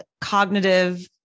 cognitive